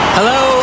Hello